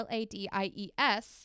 Ladies